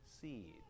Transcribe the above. seed